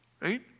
right